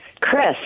Chris